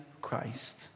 Christ